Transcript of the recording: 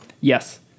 Yes